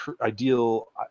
ideal